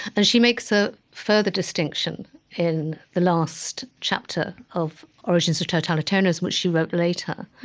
and she makes a further distinction in the last chapter of origins of totalitarianism, which she wrote later,